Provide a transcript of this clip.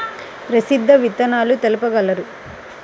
ప్రసిద్ధ విత్తనాలు తెలుపగలరు?